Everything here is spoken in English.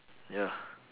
ya